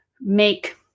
make